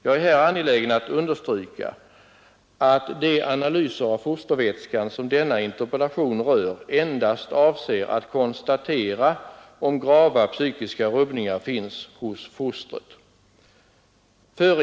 Jag är här angelägen att understryka att de analyser av fostervätskan som denna interpellation rör endast avser att konstatera om grava psykiska rubbningar finns hos fostret.